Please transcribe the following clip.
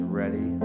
ready